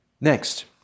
Next